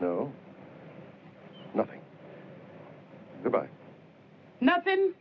so nothing about nothin